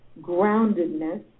groundedness